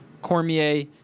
Cormier